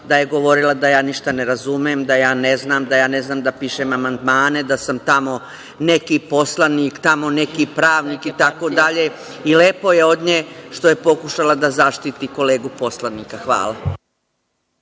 da je govorila da ja ništa ne razumem, da ja ne znam, da ja ne znam da pišem amandmane, da sam tamo neki poslanik, tamo neki pravnik, itd. I lepo je od nje što je pokušala da zaštiti kolegu poslanika. Hvala.